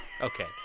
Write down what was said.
Okay